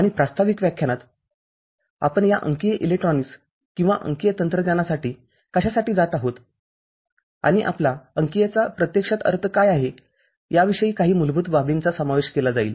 आणि प्रास्ताविक व्याख्यानात आपण या अंकीय इलेक्ट्रॉनिक्स किंवा अंकीय तंत्रज्ञानासाठी कशासाठी जात आहोत आणि आपला अंकीय चा प्रत्यक्षात अर्थ काय आहेयाविषयी काही मूलभूत बाबींचा समावेश केला जाईल